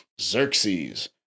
Xerxes